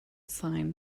sign